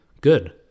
good